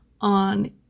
on